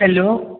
hello